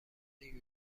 عین